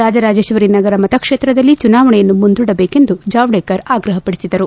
ರಾಜರಾಜೇಶ್ವರಿ ನಗರ ಮತಕ್ಷೇತ್ರದಲ್ಲಿ ಚುನಾವಣೆಯನ್ನು ಮುಂದೂಡಬೇಕೆಂದು ಚಾವಡೇಕರ್ ಆಗ್ರಪ ಪಡಿಸಿದರು